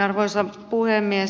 arvoisa puhemies